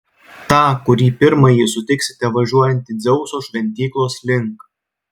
tą kurį pirmąjį sutiksite važiuojantį dzeuso šventyklos link